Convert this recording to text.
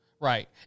Right